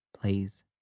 Please